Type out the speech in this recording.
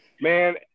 Man